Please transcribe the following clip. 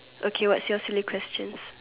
okay what's your silly questions